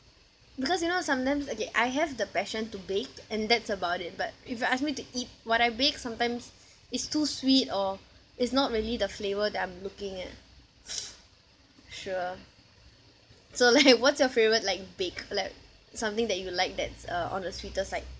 because you know sometimes okay I have the passion to bake and that's about it but if you ask me to eat what I bake sometimes it's too sweet or it's not really the flavour that I'm looking at sure so like what's your favourite like bake like something that you like that's uh on the sweeter side